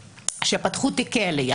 שפתחו תיקי עלייה